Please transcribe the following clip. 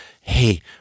hey